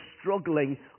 struggling